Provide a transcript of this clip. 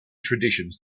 traditions